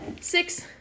Six